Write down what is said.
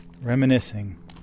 Reminiscing